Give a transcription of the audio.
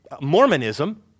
Mormonism